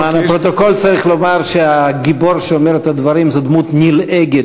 למען הפרוטוקול צריך לומר שהגיבור שאומר את הדברים הוא דמות נלעגת,